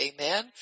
Amen